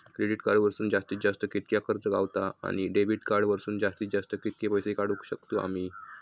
Credit card वरसून जास्तीत जास्त कितक्या कर्ज गावता, आणि डेबिट कार्ड वरसून जास्तीत जास्त कितके पैसे काढुक शकतू आम्ही?